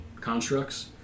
Constructs